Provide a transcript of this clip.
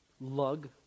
lug